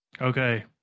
Okay